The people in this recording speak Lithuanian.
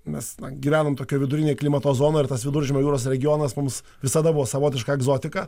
mes gyvenam tokioj vidutinėj klimato zonoj ir tas viduržemio jūros regionas mums visada buvo savotiška egzotika